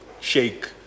shake